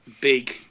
big